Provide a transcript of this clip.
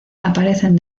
aparecen